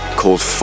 called